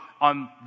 on